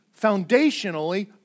foundationally